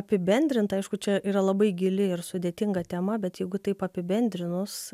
apibendrint aišku čia yra labai gili ir sudėtinga tema bet jeigu taip apibendrinus